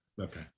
Okay